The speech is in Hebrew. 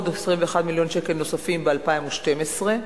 עוד 21 מיליון שקלים, נוספים, ב-2012,